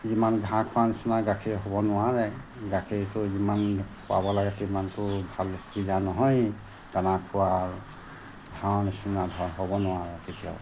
যিমান ঘাঁহ খোৱা নিচিনা গাখীৰ হ'ব নোৱাৰে গাখীৰটো যিমান খুৱাব লাগে সিমানটো ভাল সুবিধা নহয়েই টানা খোৱাৰ ঘাঁহৰ নিচিনা হ'ব নোৱাৰে কেতিয়াও